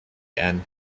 and